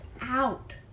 out